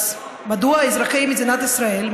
מדוע אזרחי מדינת ישראל,